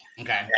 Okay